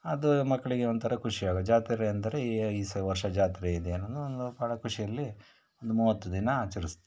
ಅದು ಮಕ್ಕಳಿಗೆ ಒಂಥರ ಖುಷಿಯಾಗು ಜಾತ್ರೆ ಅಂದರೆ ಈ ಈಸ್ ವರ್ಷ ಜಾತ್ರೆ ಇದೆ ಅನ್ನೋದು ಒಂದು ಭಾಳ ಖುಷಿಯಲ್ಲಿ ಒಂದು ಮೂವತ್ತು ದಿನ ಆಚರಿಸ್ತಾರೆ